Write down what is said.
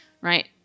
right